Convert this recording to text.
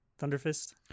Thunderfist